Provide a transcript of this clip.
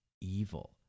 evil